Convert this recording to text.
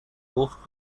moved